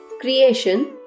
creation